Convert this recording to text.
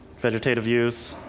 vegetative use.